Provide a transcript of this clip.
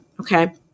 okay